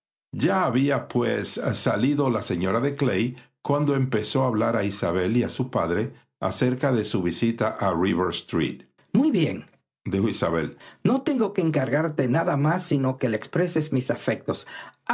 ya há ía pues salido la señora de clay cuando empezó hablar a isabel y a su padre acerca de su visi a rivers street muy biendijo isabel no tengo que encargarte nada más sino que le expreses mis afectos